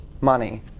money